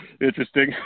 interesting